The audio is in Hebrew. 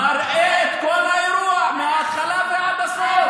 שמראה את כל האירוע מההתחלה ועד הסוף.